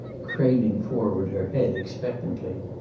craning forward her head expectantly.